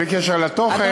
בלי קשר לתוכן,